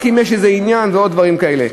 רק אם יש איזה עניין ועוד דברים כאלה.